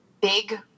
big